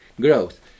growth